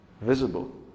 visible